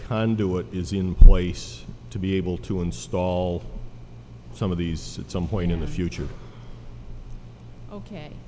conduit is in place to be able to install some of these some point in the future ok